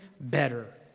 better